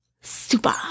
Super